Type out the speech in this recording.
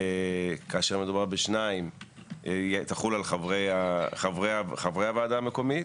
כאשר מדובר בשניים, תחול על חברי הוועדה המקומית.